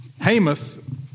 Hamath